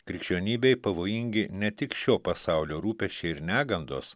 krikščionybei pavojingi ne tik šio pasaulio rūpesčiai ir negandos